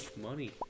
money